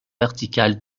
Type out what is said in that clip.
vertical